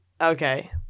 Okay